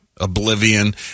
oblivion